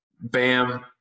Bam